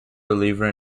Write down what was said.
believer